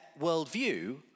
worldview